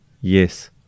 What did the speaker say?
yes